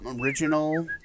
original